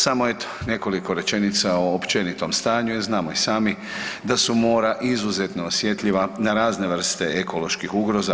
Samo eto nekoliko rečenica o općenitom stanju, jer znamo i sami da su mora izuzetno osjetljiva na razne vrste ekoloških ugroza.